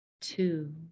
Two